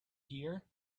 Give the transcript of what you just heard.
here